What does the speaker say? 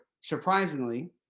surprisingly